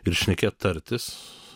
ir šnekėt tartis